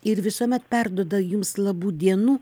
ir visuomet perduoda jums labų dienų